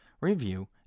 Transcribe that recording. review